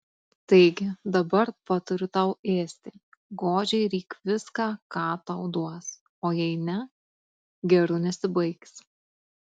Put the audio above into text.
taigi dabar patariu tau ėsti godžiai ryk viską ką tau duos o jei ne geru nesibaigs